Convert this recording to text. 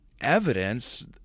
evidence